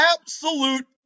absolute